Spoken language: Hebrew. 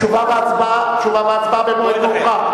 תשובה והצבעה במועד מאוחר.